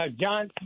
John